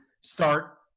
start